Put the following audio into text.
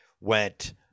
went